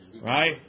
right